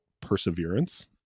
perseverance